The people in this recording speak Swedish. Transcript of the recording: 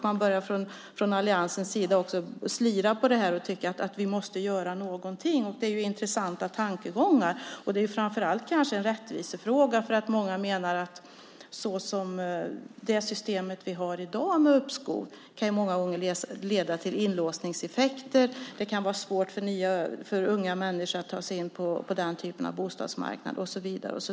Man börjar från alliansens sida att slira när det gäller detta, och man tycker att någonting måste göras. Det är intressanta tankegångar, och det är framför allt en rättvisefråga, för många menar att det system vi har i dag med uppskov många gånger kan leda till inlåsningseffekter. Det kan vara svårt för unga människor att ta sig in på den typen av bostadsmarknad och så vidare.